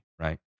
right